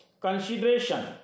consideration